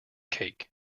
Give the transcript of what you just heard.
cake